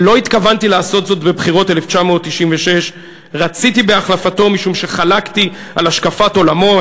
ולא התכוונתי לעשות זאת בבחירות 1996. רציתי בהחלפתו משום שחלקתי על השקפת עולמו.